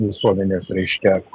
visuomenės reiškia